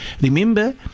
remember